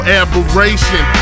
aberration